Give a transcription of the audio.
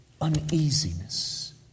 uneasiness